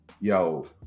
yo